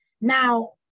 Now